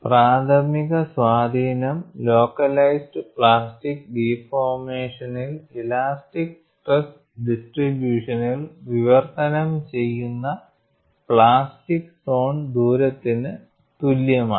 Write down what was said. പ്രാഥമിക സ്വാധീനം localised plastic ഡിഫോർമേഷനിൽ ഇലാസ്റ്റിക് സ്ട്രെസ് ഡിസ്ട്രിബൂഷനിൽ വിവർത്തനം ചെയ്യുന്ന പ്ലാസ്റ്റിക് സോൺ റേഡിയസിനു തുല്യമാണ്